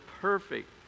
perfect